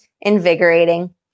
invigorating